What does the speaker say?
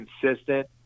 consistent